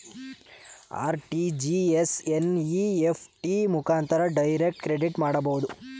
RTGS, NEFT ಮುಖಾಂತರ direct credit ಮಾಡಬಹುದು